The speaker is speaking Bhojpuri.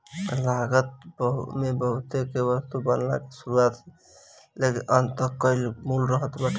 लागत में वस्तु के बनला के शुरुआत से लेके अंत तकले कअ मूल्य रहत बाटे